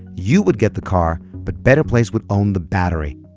you would get the car but better place would own the battery.